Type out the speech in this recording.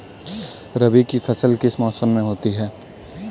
रबी की फसल किस मौसम में होती है?